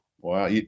Wow